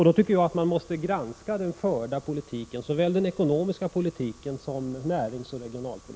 Då tycker jag att man måste granska den förda politiken — såväl den ekonomiska politiken som näringsoch regionalpolitiken.